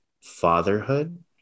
fatherhood